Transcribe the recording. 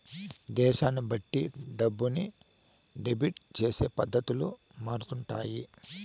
దేశాన్ని బట్టి డబ్బుని డెబిట్ చేసే పద్ధతులు మారుతుంటాయి